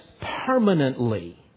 permanently